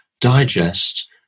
digest